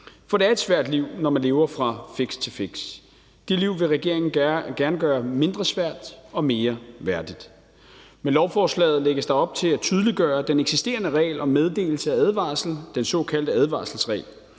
For det er et svært liv, når man lever fra fix til fix. Det liv vil regeringen gerne gøre mindre svært og mere værdigt. Med lovforslaget lægges der op til at tydeliggøre den eksisterende regel om meddelelse af advarsel, den såkaldte advarselsregel.